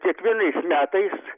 kiekvienais metais